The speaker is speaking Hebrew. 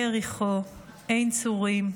עין צורים,